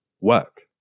work